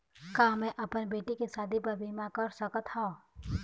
का मैं अपन बेटी के शादी बर बीमा कर सकत हव?